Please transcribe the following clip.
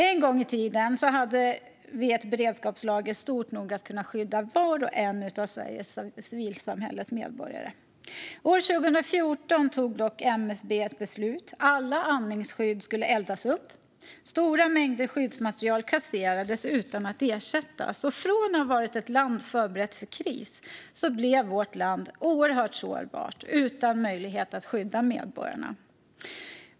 En gång i tiden hade vi ett beredskapslager stort nog att kunna skydda var och en av medborgarna i civilsamhället i Sverige. År 2014 tog dock MSB ett beslut om att alla andningsskydd skulle eldas upp. Stora mängder skyddsmateriel kasserades utan att ersättas. Från att ha varit ett land förberett för kris blev vårt land oerhört sårbart, utan möjlighet att skydda medborgarna.